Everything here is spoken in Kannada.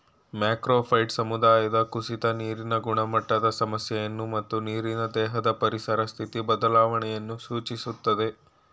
ಮ್ಯಾಕ್ರೋಫೈಟ್ ಸಮುದಾಯದ ಕುಸಿತ ನೀರಿನ ಗುಣಮಟ್ಟದ ಸಮಸ್ಯೆಯನ್ನು ಮತ್ತು ನೀರಿನ ದೇಹದ ಪರಿಸರ ಸ್ಥಿತಿ ಬದಲಾವಣೆಯನ್ನು ಸೂಚಿಸ್ತದೆ